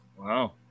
Wow